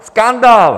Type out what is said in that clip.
Skandál!